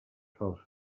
falses